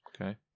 Okay